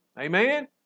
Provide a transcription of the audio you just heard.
Amen